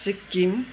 Sikkim